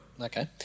Okay